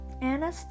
anna